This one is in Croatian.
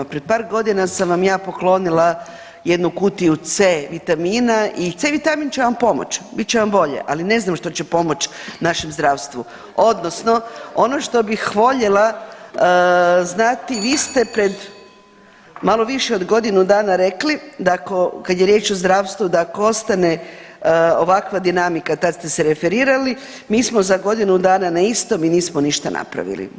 Pred par godina sam vam ja poklonila jednu kutiju C vitamina i C vitamin će vam pomoći, bit će vam bolje, ali ne znam što će pomoći našem zdravstvu, odnosno ono što bih voljela znati, vi ste pred malo više od godinu dana rekli da ako, kad je riječ o zdravstvu, da ako ostane ovakva dinamika, tad ste se referirali, mi smo za godinu dana na istom, mi nismo ništa napravili.